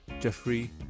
Jeffrey